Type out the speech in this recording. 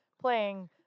playing